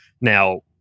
Now